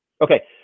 Okay